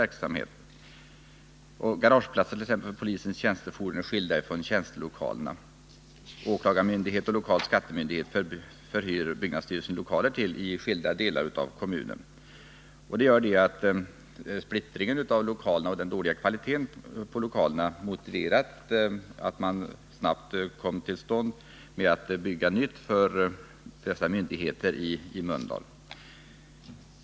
Garageplatserna för polisens tjänstefordon är skilda från tjänstelokalerna. Åklagarmyndigheten och den lokala skattemyndigheten förhyr byggnadsstyrelsens lokaler i skilda delar av kommunen. Splittringen av lokalerna och den dåliga kvaliteten på dessa motiverar att man snabbt kommer i gång med att bygga nytt för dessa myndigheter i Mölndal.